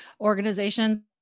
organizations